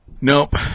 Nope